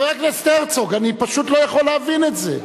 חבר הכנסת הרצוג, אני פשוט לא יכול להבין את זה.